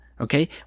Okay